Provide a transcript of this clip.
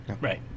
Right